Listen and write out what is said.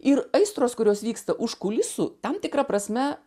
ir aistros kurios vyksta už kulisų tam tikra prasme